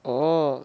oh